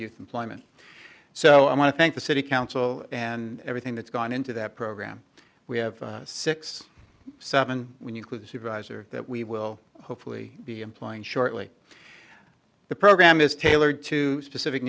youth employment so i want to thank the city council and everything that's gone into that program we have six seven when you with the supervisor that we will hopefully be employing shortly the program is tailored to specific